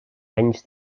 anys